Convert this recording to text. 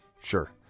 Sure